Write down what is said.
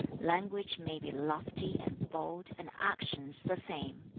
language may be lofty and bold, and actions the same.